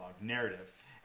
narrative